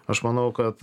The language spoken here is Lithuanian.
aš manau kad